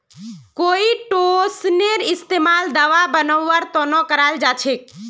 काईटोसनेर इस्तमाल दवा बनव्वार त न कराल जा छेक